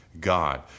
God